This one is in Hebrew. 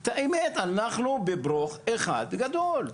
את האמת, אנחנו בברוך אחד גדול.